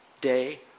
day